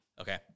Okay